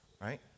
right